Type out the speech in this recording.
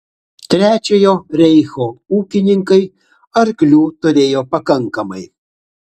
trečiojo reicho ūkininkai arklių turėjo pakankamai